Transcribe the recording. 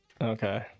Okay